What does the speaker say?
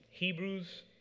Hebrews